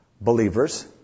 believers